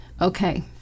okay